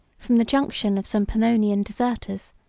from the junction of some pannonian deserters,